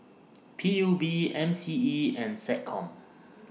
P U B M C E and Seccom